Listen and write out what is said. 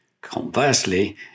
Conversely